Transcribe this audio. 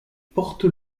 porte